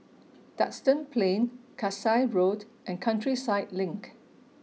Duxton Plain Kasai Road and Countryside Link